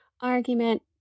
argument